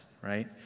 right